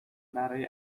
برای